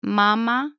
mama